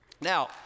Now